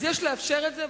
יש לאפשר את זה,